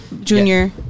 junior